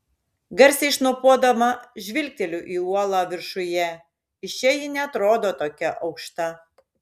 garsiai šnopuodama žvilgteliu į uolą viršuje iš čia ji neatrodo tokia aukšta